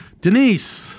Denise